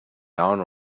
down